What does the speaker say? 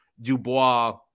Dubois